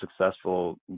successful